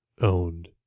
owned